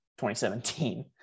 2017